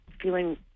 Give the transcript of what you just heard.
feeling